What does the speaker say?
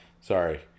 Sorry